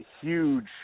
huge